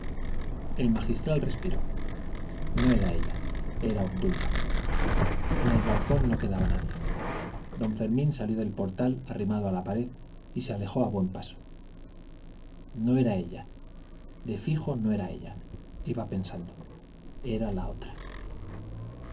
el magistral respiró no era ella era obdulia en el balcón no quedaba nadie don fermín salió del portal arrimado a la pared y se alejó a buen paso no era ella de fijo no era ella iba pensando era la otra